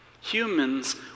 Humans